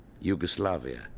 Yugoslavia